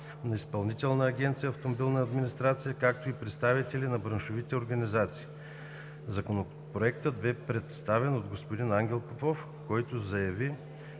на Изпълнителна агенция „Автомобилна администрация“, както и представители на браншовите организации. Законопроектът бе представен от господин Ангел Попов, който заяви,